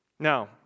Now